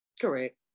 Correct